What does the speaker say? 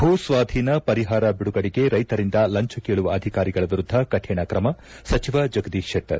ಭೂ ಸ್ವಾಧೀನ ಪರಿಹಾರ ಬಿಡುಗಡೆಗೆ ರೈತರಿಂದ ಲಂಚ ಕೇಳುವ ಅಧಿಕಾರಿಗಳ ವಿರುದ್ದ ಕಠಿಣ ಕ್ರಮ ಸಚಿವ ಜಗದೀಶ್ ಶೆಟ್ಟರ್